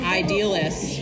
idealist